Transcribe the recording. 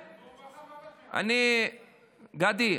גדי,